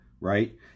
right